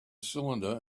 cylinder